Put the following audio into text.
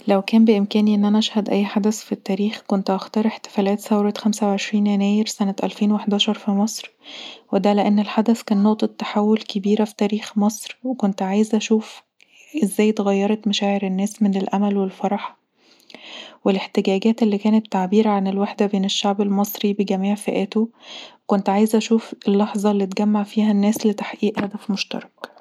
لو كان بإمكاني ان انا اشهد اي حدث في التاريخ كنت هختار احتفاللت ثورة خمسه وعشرين يناير سنة ألفين وحداشر في مصر ودا لأن الحدث كان نقطة تحول كبيرة في تاريخ مصر وكنت عايزه اشوف ازاي اتغيرت مشاعر الناس من الأمل والفرح والاحتجاجات اللي كانت تعبير عن الوحده بين الشعب المصري بجميع فئاته كنت عايزه اشوف اللحظه اللي اتجمع فيها الناس لتحقيق هدف مشترك